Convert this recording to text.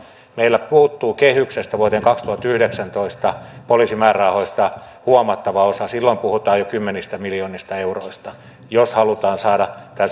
meillä puuttuu kehyksestä vuoteen kaksituhattayhdeksäntoista poliisin määrärahoista huomattava osa silloin puhutaan jo kymmenistä miljoonista euroista jos halutaan saada tämä